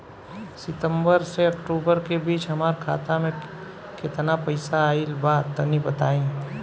सितंबर से अक्टूबर के बीच हमार खाता मे केतना पईसा आइल बा तनि बताईं?